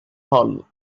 hall